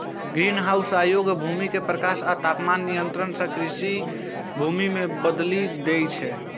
greenhouse अयोग्य भूमि कें प्रकाश आ तापमान नियंत्रण सं कृषि भूमि मे बदलि दै छै